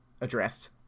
addressed